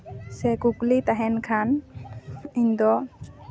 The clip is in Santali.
ᱥᱮ ᱠᱩᱠᱞᱤ ᱛᱟᱦᱮᱱ ᱠᱷᱟᱱ ᱤᱧ ᱫᱚ